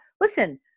listen